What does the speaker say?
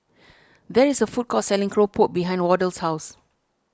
there is a food court selling Keropok behind Wardell's house